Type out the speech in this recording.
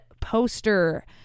poster